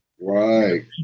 Right